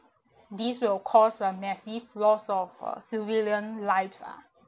this will cause a massive loss of uh civilian lives ah